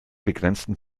begrenzten